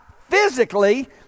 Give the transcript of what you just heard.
physically